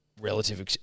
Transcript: relative